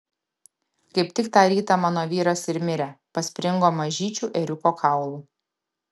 kaip tik tą rytą mano vyras ir mirė paspringo mažyčiu ėriuko kaulu